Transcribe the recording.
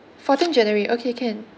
fourteen january okay can